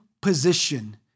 position